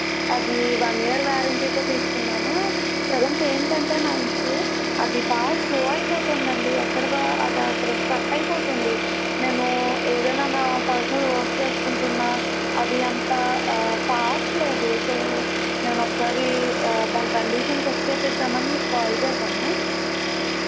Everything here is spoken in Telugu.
అది వన్ ఇయర్ వారంటీతో తీసుకున్నాను ప్రసెంట్ ఏంటంటే నా ఇష్యూ అది బాగా స్లో అయిపోతుంది అండి ఎక్కడి అది అక్కడ స్ట్రక్ అయిపోతుంది నేను ఏదైన నా పర్సనల్ వర్క్ చేసుకుంటున్న అది అంతా ఫాస్ట్ లేదు సో నేను ఒకసారి దాని కండిషన్ చెక్ చేయించుదామని మీకు కాల్ చేశాను